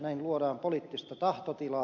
näin luodaan poliittista tahtotilaa